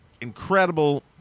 incredible